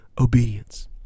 obedience